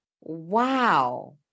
Wow